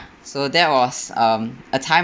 so that was um a time